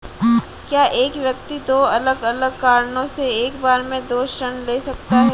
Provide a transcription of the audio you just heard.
क्या एक व्यक्ति दो अलग अलग कारणों से एक बार में दो ऋण ले सकता है?